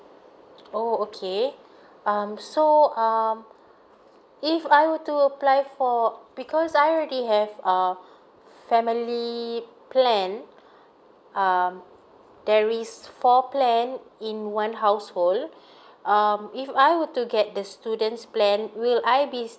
oh okay um so um if I were to apply for because I already have err family plan um there is four plan in one household um if I were to get the students plan will I be